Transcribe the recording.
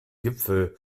gipfel